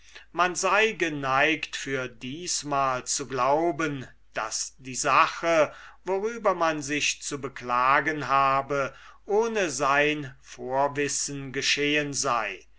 man sei geneigt für diesmal zu glauben daß die sache worüber man sich zu beklagen habe ohne sein vorwissen geschehen sei